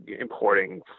importing